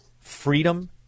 freedom